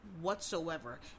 whatsoever